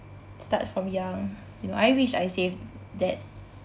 start from young you know I wish I save that